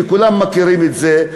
וכולם מכירים את זה,